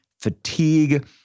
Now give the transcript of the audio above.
fatigue